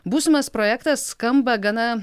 būsimas projektas skamba gana